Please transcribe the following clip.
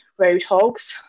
Roadhogs